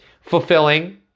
fulfilling